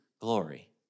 glory